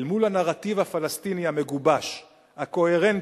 אל מול הנרטיב הפלסטיני המגובש, הקוהרנטי,